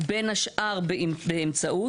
בין השאר באמצעות",